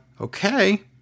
Okay